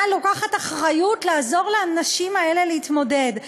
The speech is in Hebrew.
לוקחת אחריות לעזור לנשים האלה להתמודד.